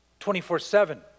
24-7